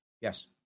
Yes